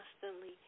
constantly